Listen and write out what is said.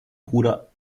bruder